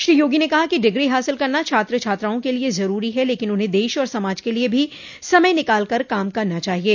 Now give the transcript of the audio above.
श्री योगी ने कहा कि डिग्री हासिल करना छात्र छात्राओं के लिये ज़रूरी है लेकिन उन्हें देश और समाज के लिये भी समय निकाल कर काम करना चाहिये